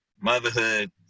motherhood